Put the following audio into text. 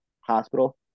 hospital